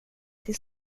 till